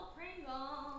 Pringle